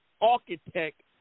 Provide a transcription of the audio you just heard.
architect